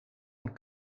een